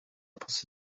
passi